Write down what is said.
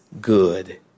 good